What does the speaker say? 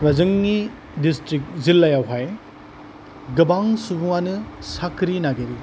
एबा जोंनि दिस्ट्रिक्ट जिल्लायावहाय गोबां सुबुङानो साख्रि नागिरो